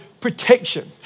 protection